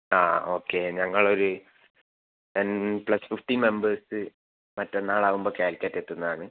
ആ ഓക്കേ ഞങ്ങളൊരു ten plus fifty members മറ്റന്നാൾ ആകുമ്പോൾ കാലിക്കറ്റ് എത്തുന്നതാണ്